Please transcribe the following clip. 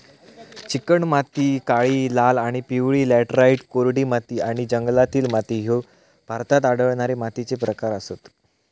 चिकणमाती, काळी, लाल आणि पिवळी लॅटराइट, कोरडी माती आणि जंगलातील माती ह्ये भारतात आढळणारे मातीचे प्रकार आसत